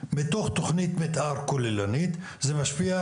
מתוך תכנית מתאר כוללנית, זה משפיע.